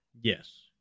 Yes